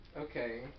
Okay